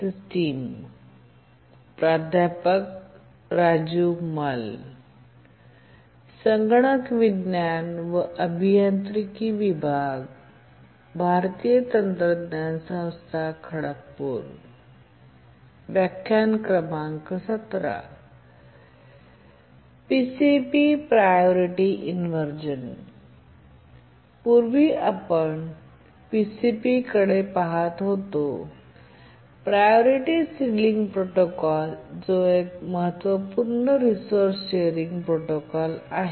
पूर्वी आपण पीसीपीकडे पहात होतो प्रायोरिटी सिलिंग प्रोटोकॉल जो एक महत्त्वपूर्ण रिसोर्स शेअरिंग प्रोटोकॉल आहे